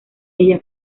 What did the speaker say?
ella